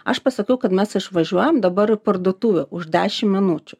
aš pasakiau kad mes išvažiuojam dabar parduotuvę už dešim minučių